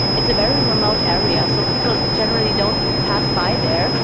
it's a very remote area, so people generally don't pass by there,